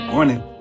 Morning